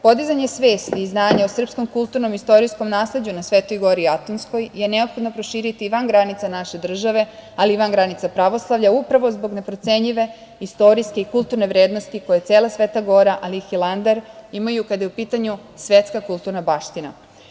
Podizanje svesti i znanja o srpskom kulturnom i istorijskom nasleđu na Svetoj gori Atonskoj je neophodno proširiti i van granica naše države, ali i van granica pravoslavlja, upravo zbog neprocenjive istorijske i kulturne vrednosti koje cela Sveta gora, ali i Hilandar, imaju kada je upitanju svetska kulturna baština.